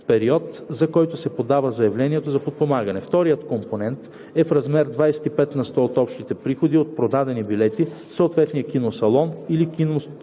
период, за който се подава заявлението за подпомагане. Вторият компонент е в размер 25 на сто от общите приходи от продадени билети в съответния киносалон или киносалон